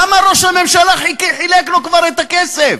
למה ראש הממשלה חילק לו כבר את הכסף?